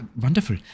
wonderful